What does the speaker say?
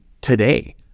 today